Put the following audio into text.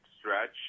stretch